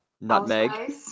nutmeg